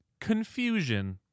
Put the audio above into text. Confusion